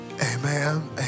amen